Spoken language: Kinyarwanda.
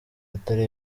atari